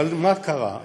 אבל מה קרה אז?